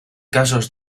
casos